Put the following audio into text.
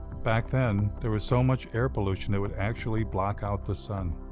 back then, there was so much air pollution it would actually block out the sun.